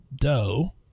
dough